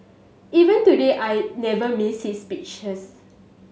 even today I never miss his speeches